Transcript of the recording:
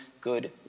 good